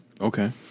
Okay